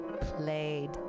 played